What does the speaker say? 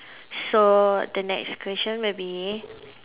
so the next question will be